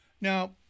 Now